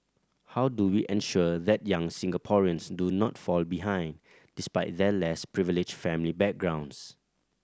how do we ensure that young Singaporeans do not fall behind despite their less privileged family backgrounds